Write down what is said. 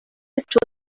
list